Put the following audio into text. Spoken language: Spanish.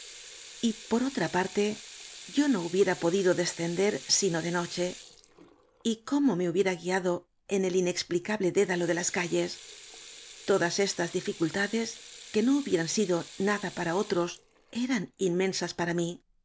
por otra parte yo no hubiera podido descender sino de noche y cómo me hubiera gaiado en el inexplicable dédalo de calles todas estas diñcultades que no hubieran sido nada para otros eran inmensas param i